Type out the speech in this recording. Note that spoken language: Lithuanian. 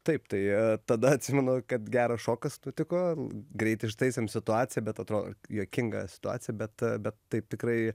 taip tai tada atsimenu kad geras šokas nutiko greit ištaisėm situaciją bet atro juokinga situacija bet bet taip tikrai